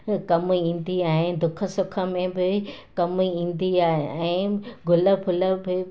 कमु ईंदी आहे दुख सुख में बि कमु ईंदी आहे ऐं गुल फुल बि